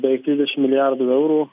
beveik trisdešim milijardų eurų